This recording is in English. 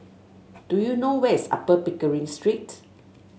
do you know where's Upper Pickering Street